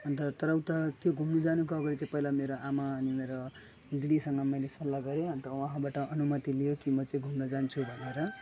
अन्त तर उता त्यो घुम्नु जानुको अगाडि चाहिँ पहिला मेरो आमा अनि मेरो दिदीसँग मैले सल्लाह गरेँ अन्त उहाँबाट अनुमति लिएर कि म चाहिँ घुम्नु जान्छु भनेर